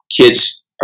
Kids